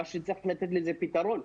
צריך לתת לזה פתרון.